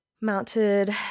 Mounted